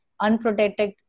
unprotected